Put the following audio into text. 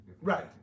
Right